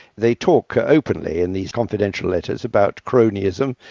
they talk ah openly in these confidential letters about cronyism,